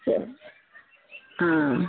சரி ஆ